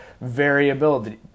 variability